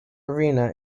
arena